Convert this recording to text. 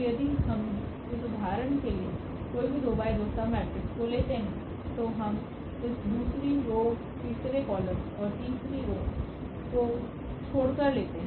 तो यदि हम इसउदाहरण के लिएकोई भी2 × 2सबमेट्रिक्स को लेते हैं तो हम इस दूसरी रो तीसरे कॉलम और तीसरी रो को छोड़कर लेते हैं